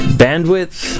bandwidth